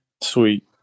Sweet